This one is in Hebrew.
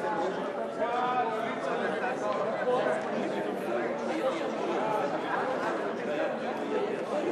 הצעת סיעות העבודה מרצ להביע אי-אמון בממשלה לא נתקבלה.